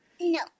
No